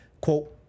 quote